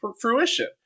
fruition